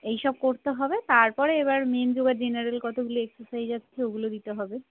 এইসব করতে হবে তার পরে এবার মেইন যোগা জেনারেল কতগুলো এক্সারসাইজ আছে ওগুলো দিতে হবে